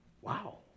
Wow